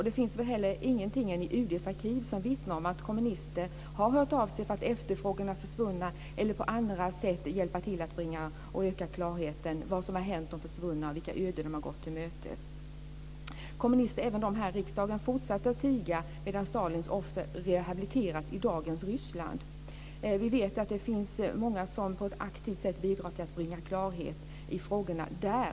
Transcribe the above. Det finns ingenting i UD:s arkiv som vittnar om att kommunister har hört av sig för att efterfråga försvunna eller på annat sätt öka klarheten om vad som har hänt de försvunna, vilka öden de har gått till mötes. Kommunister, även här i riksdagen, fortsatte att tiga medan Stalins offer rehabiliteras i dagens Ryssland. Vi vet att det finns många som på ett aktivt sätt bidrar till att bringa klarhet i frågorna där.